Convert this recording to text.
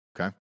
Okay